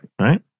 Right